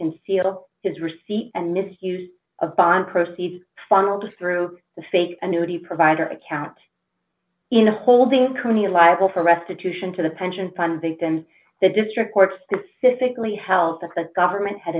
conceal his receipt and misuse of bond proceeds funneled through the fake annuity provider account in a holding company liable for restitution to the pension fund victims the district court specifically help that the government had